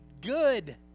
good